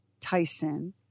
Tyson